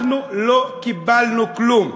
אנחנו לא קיבלנו כלום,